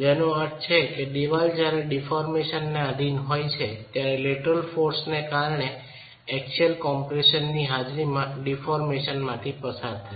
જેનો અર્થ છે કે દીવાલ જ્યારે ડીફોરર્મેસનને આધિન હોય છે ત્યારે તે લેટરલ બળને કારણે અને એક્સિયલ સંકોચનની હાજરીમાં ડીફોરર્મેસન માથી પસાર થાય છે